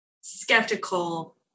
skeptical